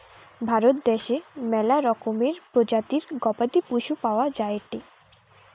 ভারত দ্যাশে ম্যালা রকমের প্রজাতির গবাদি পশু পাওয়া যায়টে